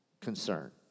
concern